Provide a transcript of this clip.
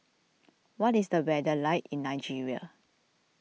what is the weather like in Nigeria